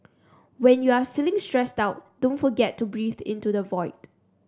when you are feeling stressed out don't forget to breathe into the void